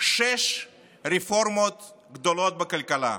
שש רפורמות גדולות בכלכלה,